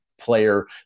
player